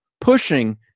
pushing